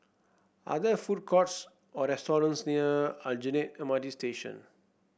are there food courts or restaurants near Aljunied M R T Station